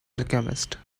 alchemist